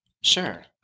Sure